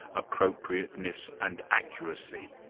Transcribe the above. appropriateness and accuracy.